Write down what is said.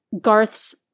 Garth's